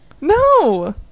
no